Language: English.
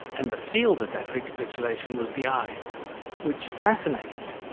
and the field of that recapitulation was the eye which, fascinatingly,